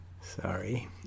Sorry